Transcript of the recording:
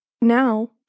now